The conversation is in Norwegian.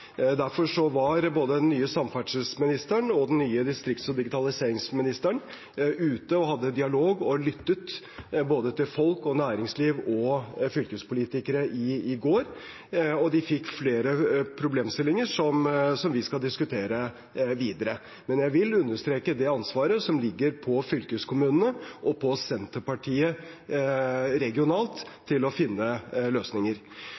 Derfor var både den nye samferdselsministeren og den nye distrikts- og digitaliseringsministeren ute og hadde dialog med og lyttet til både folk, næringsliv og fylkespolitikere i går, og de fikk flere problemstillinger som vi skal diskutere videre. Men jeg vil understreke det ansvaret som ligger på fylkeskommunene og på Senterpartiet regionalt til å finne løsninger.